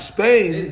Spain